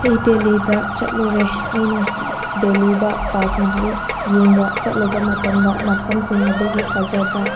ꯑꯩ ꯗꯦꯂꯤꯗ ꯆꯠꯂꯨꯔꯦ ꯑꯩꯅ ꯗꯦꯂꯤꯗ ꯇꯥꯖ ꯃꯍꯜ ꯌꯦꯡꯕ ꯆꯠꯂꯨꯕ ꯃꯇꯝꯗ ꯃꯐꯝꯁꯤꯡ ꯑꯗꯨꯒꯤ ꯐꯖꯕ